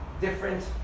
different